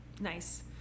Nice